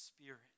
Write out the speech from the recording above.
spirit